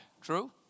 True